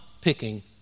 picking